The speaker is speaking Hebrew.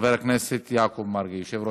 עברה בקריאה ראשונה,